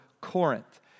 Corinth